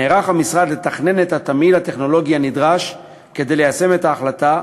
נערך המשרד לתכנן את התמהיל הטכנולוגי הנדרש כדי ליישם את ההחלטה,